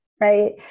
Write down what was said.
Right